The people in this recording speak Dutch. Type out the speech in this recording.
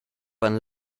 een